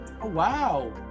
wow